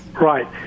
Right